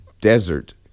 desert